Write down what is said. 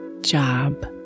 job